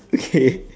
okay